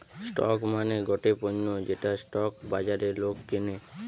stock মানে গটে পণ্য যেটা স্টক বাজারে লোক কিনে